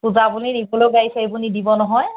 পূজা বুলি নিবলৈও গাড়ী চাৰিবোৰ নিদিব নহয়